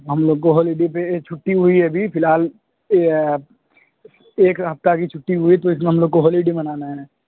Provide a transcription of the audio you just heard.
ہم لوگ کو ہولیڈے پہ ایک چھٹی ہوئی ہے ابھی فی الحال ایک ہفتہ کی چھٹی ہوئی تو اس میں ہم لوگ کو ہولیڈے منانا ہے